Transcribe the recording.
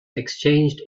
exchanged